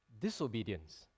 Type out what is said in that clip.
disobedience